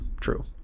true